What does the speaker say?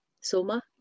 Soma